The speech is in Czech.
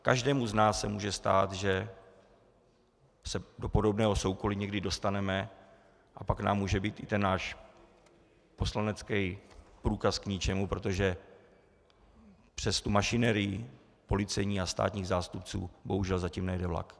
Každému z nás se může stát, že se do podobného soukolí někdy dostaneme, a pak nám může být i ten náš poslanecký průkaz k ničemu, protože přes mašinerii policie a státních zástupců bohužel zatím nejede vlak.